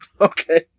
Okay